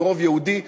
עם רוב יהודי,